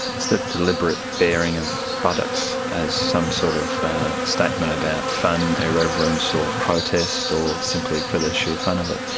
it's the deliberate bearing of buttocks as some sort of statement about fun, irreverence or protest, or simply for the sheer fun of it.